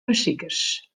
besikers